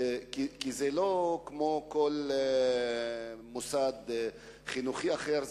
כי זה לא כמו כל מוסד חינוכי אחר,